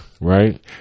Right